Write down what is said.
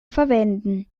verwenden